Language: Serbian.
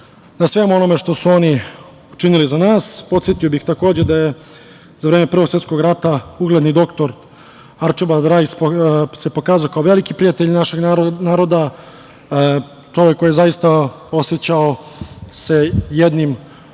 na svemu onom što su oni učinili za nas. Podsetio bih takođe da se za vreme Prvog svetskog rata, ugledni doktor Arčibald Rajs pokazao kao veliki prijatelj našeg naroda, čovek koji se zaista osećao jednim od, i